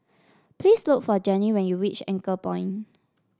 please look for Gennie when you reach Anchorpoint